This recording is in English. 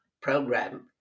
program